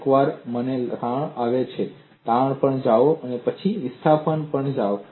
એકવાર મને તાણ આવે તાણ પર જાઓ પછી વિસ્થાપન પર જાઓ